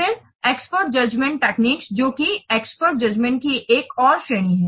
फिर expert judgment तकनीक जो की एक्सपर्ट जजमेंट की एक और श्रेणी है